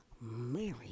Mary